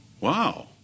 wow